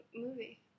movie